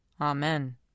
Amen